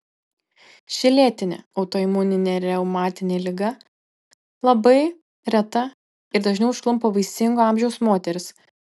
ši lėtinė autoimuninė reumatinė liga labai reta ir dažniau užklumpa vaisingo amžiaus moteris